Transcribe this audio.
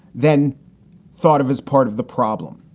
then thought of as part of the problem.